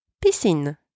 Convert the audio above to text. piscine